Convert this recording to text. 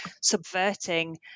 subverting